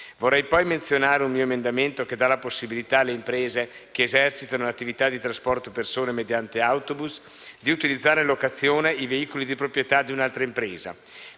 Vorrei poi menzionare un mio emendamento che dà la possibilità alle imprese che esercitano attività di trasporto-persone mediante autobus di utilizzare in locazione i veicoli di proprietà di un'altra impresa.